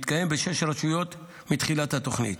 והוא מתקיים בשש רשויות מתחילת התוכנית.